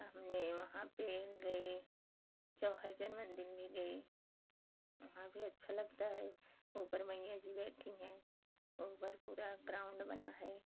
हमने वहाँ पर गए चौहर्जन मंदिर में गए वहाँ भी अच्छा लगता है ऊपर मैया जी बैठी हैं ऊपर पूरा ग्राउन्ड बना है